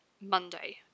Monday